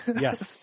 yes